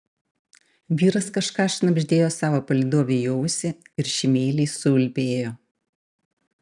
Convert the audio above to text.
vyras kažką šnabždėjo savo palydovei į ausį ir ši meiliai suulbėjo